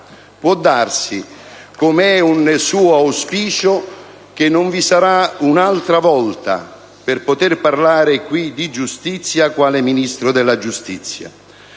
Può darsi, come è un suo auspicio, che non vi sarà un'altra occasione per poter parlare qui di giustizia quale Ministro della giustizia.